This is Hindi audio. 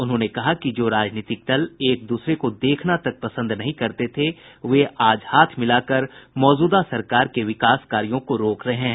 उन्होंने कहा कि जो राजनीतिक दल एक दूसरे को देखना तक पसंद नहीं करते थे वे आज हाथ मिलाकर मौजूदा सरकार के विकास कार्यों को रोक रहे हैं